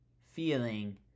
feeling